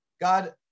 God